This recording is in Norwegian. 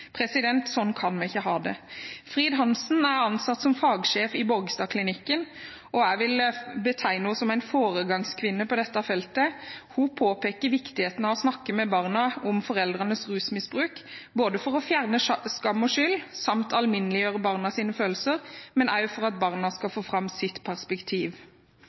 Sånn kan vi ikke ha det. Frid Hansen er ansatt som fagsjef ved Borgestadklinikken, og jeg vil betegne henne som en foregangskvinne på dette feltet. Hun påpeker viktigheten av å snakke med barna om foreldrenes rusmisbruk, ikke bare for å fjerne skam og skyld samt alminneliggjøre barnas følelser, men også for at barna skal få fram sitt perspektiv.